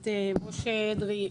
את משה אדרי,